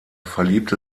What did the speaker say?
verliebte